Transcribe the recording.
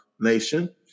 nation